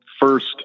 first